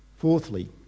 Fourthly